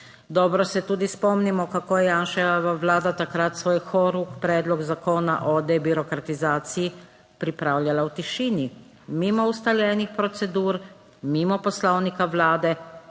Dobro se tudi spomnimo, kako je Janševa vlada takrat svoj horuk, Predlog zakona o debirokratizaciji, pripravljala v tišini, mimo ustaljenih procedur, mimo poslovnika vlade,